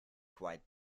quite